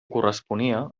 corresponia